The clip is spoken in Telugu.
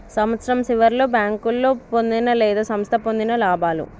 సంవత్సరం సివర్లో బేంకోలు పొందిన లేదా సంస్థ పొందిన లాభాలు